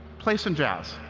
play some jazz.